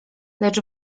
lecz